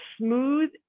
smooth